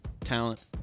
talent